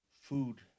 food